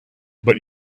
but